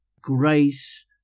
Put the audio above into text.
grace